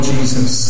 Jesus